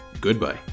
Goodbye